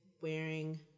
wearing